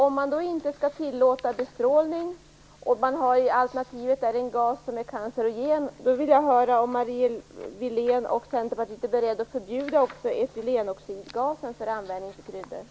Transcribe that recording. Om man inte vill tillåta bestrålning och alternativet är en cancerogen gas, vill jag höra om Marie Wilén och Centerpartiet är beredda att förbjuda också användning av etylenoxidgas till kryddor.